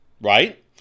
right